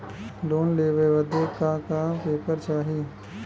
Loan लेवे बदे का का पेपर चाही?